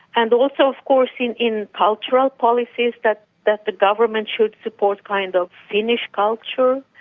and also of course in in cultural policies, that that the government should support kind of finnish culture.